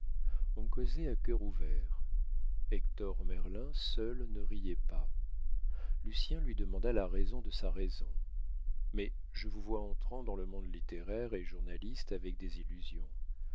on causait à cœur ouvert hector merlin seul ne riait pas lucien lui demanda la raison de sa raison mais je vous vois entrant dans le monde littéraire et journaliste avec des illusions